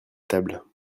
table